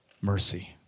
Mercy